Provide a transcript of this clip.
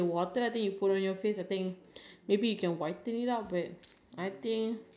I think if you want it to be whiten you have to use some other product I don't think